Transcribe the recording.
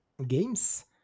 games